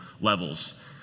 levels